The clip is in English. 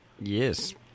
Yes